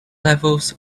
levels